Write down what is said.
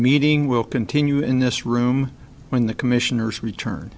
meeting will continue in this room when the commissioners return